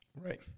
Right